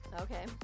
okay